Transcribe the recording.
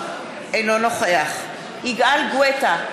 אינו נוכח יגאל גואטה,